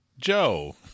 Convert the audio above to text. Joe